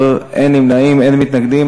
12 בעד, אין נמנעים, אין מתנגדים.